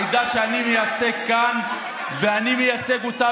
העדה שאני מייצג כאן ושאני מייצג אותה